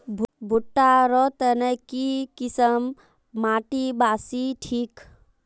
भुट्टा र तने की किसम माटी बासी ठिक?